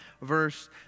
verse